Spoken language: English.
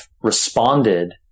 responded